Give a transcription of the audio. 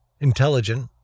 intelligent